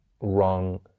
wrong